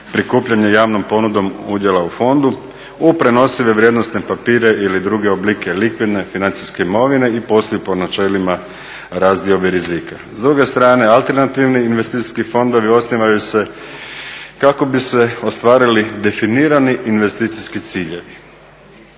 prikupljanje javnom ponudom udjela u fondu u prenosive vrijednosne papire ili druge oblike likvidne, financijske imovine i poslije po načelima … rizika. S druge strane alternativni investicijski fondovi osnivaju se kako bi se ostvarili definirani investicijski ciljevi.